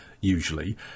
usually